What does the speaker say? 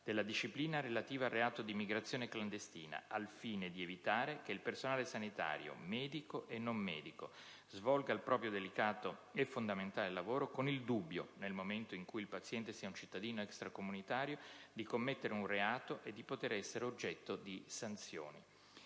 della disciplina relativa al reato di immigrazione clandestina, al fine di evitare che il personale sanitario, medico e non medico, svolga il proprio delicato e fondamentale lavoro con il dubbio, nel momento in cui il paziente sia un cittadino extracomunitario, di commettere un reato e di poter essere oggetto di sanzioni;